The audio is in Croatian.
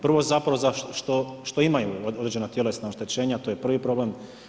Prvo zapravo što imaju određena tjelesna oštećenja, to je prvi problem.